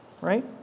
Right